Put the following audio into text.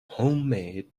homemade